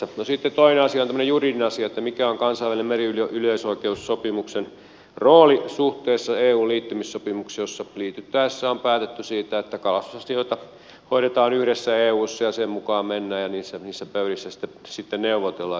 sitten toinen asia on tämmöinen juridinen asia siitä mikä on kansainvälisen meriyleisoikeussopimuksen rooli suhteessa eun liittymissopimukseen kun liityttäessä on päätetty siitä että kalastusasioita hoidetaan yhdessä eussa ja sen mukaan mennään ja niissä pöydissä sitten neuvotellaan